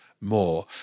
more